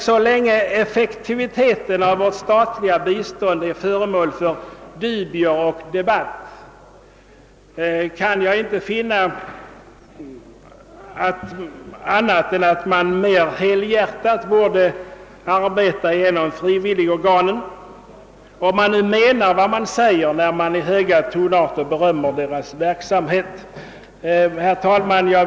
Så länge effektiviteten av vårt statliga bistånd är föremål för dubier och debatt, kan jag inte finna annat än att man mer helhjärtat borde arbeta genom de frivilliga organen, om man nu menar vad man säger när man i höga tonarter berömmer deras verksamhet. Herr talman!